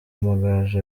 amagaju